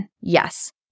Yes